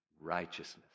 righteousness